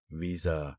visa